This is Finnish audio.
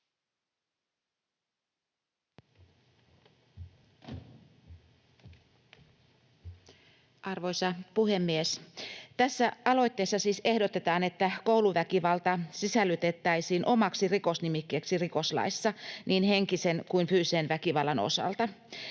Arvoisa puhemies! Tässä aloitteessa siis ehdotetaan, että kouluväkivalta sisällytettäisiin omaksi rikosnimikkeekseen rikoslaissa niin henkisen kuin fyysisen väkivallan osalta.